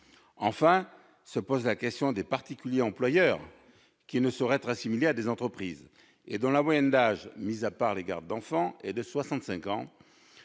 Enfin, se pose la question des particuliers employeurs, qui ne sauraient être assimilés à des entreprises, et dont la moyenne d'âge, mis à part pour les gardes d'enfants, est de